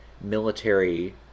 military